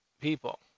People